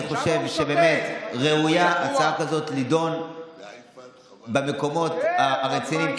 אני חושב שבאמת הצעה כזו ראויה להיות נדונה במקומות הרציניים.